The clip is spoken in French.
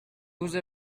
douze